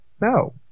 No